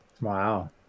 Wow